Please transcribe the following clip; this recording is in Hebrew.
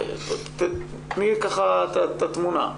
תני את התמונה.